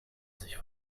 sich